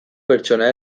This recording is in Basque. pertsona